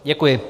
Děkuji.